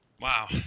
Wow